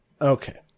Okay